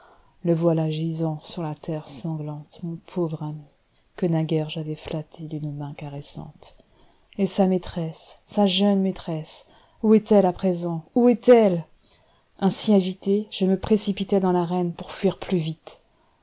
le voilà gisant sur la terre sanglante mon pauvre ami que naguère j'avais flatté d'une main caressante et sa maîtresse sa jeune maîtresse où est-elle à présent où est-elle ainsi agité je me précipitai dans l'arène pour fuir plus vite